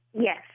Yes